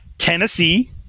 Tennessee